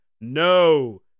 No